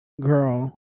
Girl